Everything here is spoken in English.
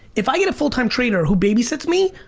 if i get a full time trainer who babysits me,